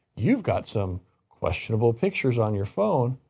you've got some questionable pictures on your phone.